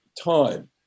time